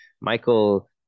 Michael